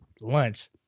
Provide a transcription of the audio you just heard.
lunch